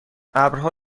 ابرها